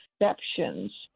exceptions